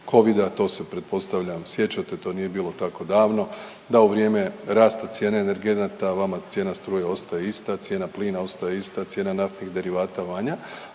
To se pretpostavljam sjećate, to nije bilo tako davno. Da u vrijeme rasta cijene energenata vama cijena struje ostaje ista, cijena plina ostaje ista, cijena naftnih derivata manja,